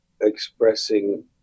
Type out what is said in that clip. expressing